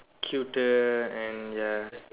cuter and ya